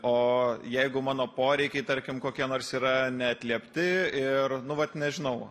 o jeigu mano poreikiai tarkim kokie nors yra neatliepti ir nu vat nežinau